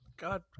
God